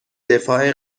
دفاع